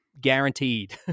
Guaranteed